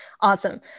awesome